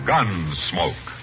Gunsmoke